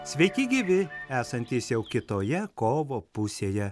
sveiki gyvi esantys jau kitoje kovo pusėje